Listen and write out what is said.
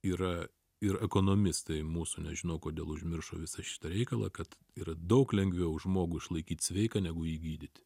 yra ir ekonomistai mūsų nežino kodėl užmiršo visą šitą reikalą kad yra daug lengviau žmogų išlaikyt sveiką negu jį gydyt